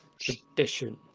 Tradition